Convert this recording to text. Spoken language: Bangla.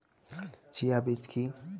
চিয়া বীজ কী?